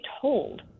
told